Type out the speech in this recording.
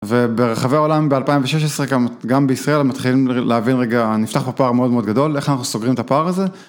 וברחבי העולם ב-2016 גם בישראל מתחילים להבין רגע, נפתח פה פער מאוד מאוד גדול, איך אנחנו סוגרים את הפער הזה.